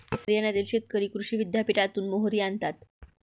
हरियाणातील शेतकरी कृषी विद्यापीठातून मोहरी आणतात